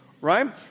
right